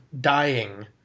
dying